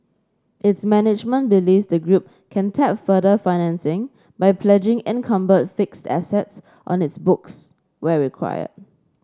its management believes the group can tap further financing by pledging encumbered fixed assets on its books where required